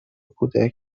کودک